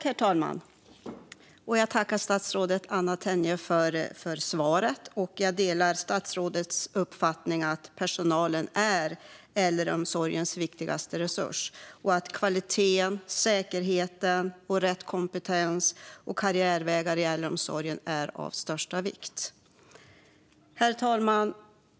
Herr talman! Jag tackar statsrådet Anna Tenje för svaret. Jag delar statsrådets uppfattning att personalen är äldreomsorgens viktigaste resurs och att kvalitet, säkerhet, rätt kompetens och karriärvägar är av största vikt i äldreomsorgen. Herr talman!